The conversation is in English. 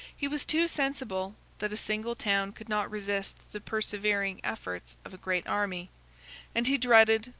he was too sensible, that a single town could not resist the persevering efforts of a great army and he dreaded,